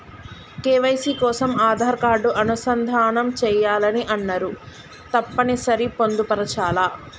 KYC కోసం Aadhaar card అనుసంధానం చేయాలని అన్నరు తప్పని సరి పొందుపరచాలా?